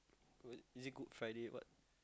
is it Good Friday what